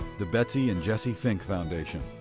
the betsy and jesse fink foundation.